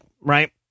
Right